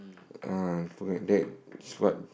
uh forget that is what